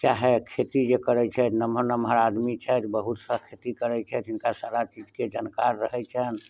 चाहए खेती जे करै छथि नमहर नमहर आदमी छथि बहुत सस्त खेती करै छथि जिनका सारा चीजके जानकार रहै छनि